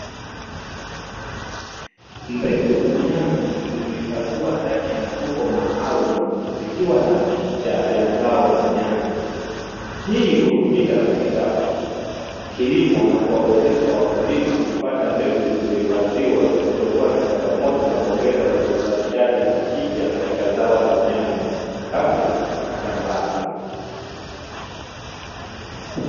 Mbegu za nyanya zilizohifadhiwa ndani ya mfuko maalumu zikiwa na picha ya zao la nyanya, hii hutumika katika kilimo na kuwawezesha wakulima kupata mbegu zilizohifadhiwa zisizo kuwa na changamoto na kuongeza uzalishaji na tija katika zao la nyanya kabla na shambani.